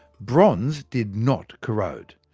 bronze did not corrode,